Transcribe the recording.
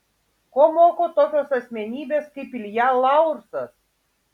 ko moko tokios asmenybės kaip ilja laursas